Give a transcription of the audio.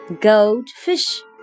Goldfish